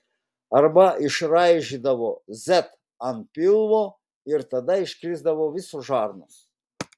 arba išraižydavo z ant pilvo ir tada iškrisdavo visos žarnos